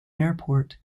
airport